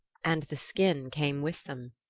and the skin came with them.